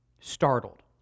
startled